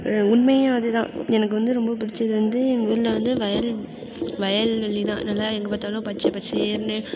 உண்மையும் அதுதான் எனக்கு வந்து ரொம்ப பிடிச்சது வந்து எங்கூரில் வந்து வயல் வயல் வெளிதான் நல்லா எங்கே பார்த்தாலும் பச்சை பசேல்னு